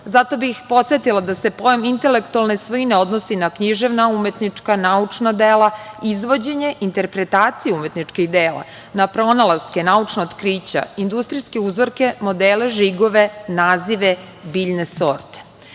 Zato bih podsetila da se pojam intelektualne svojine odnosi na književna, umetnička, naučna dela, izvođenje, interpretaciju umetničkih dela, na pronalaske, naučna otkrića, industrijske uzorke, modele, žigove, nazive biljne sorte. To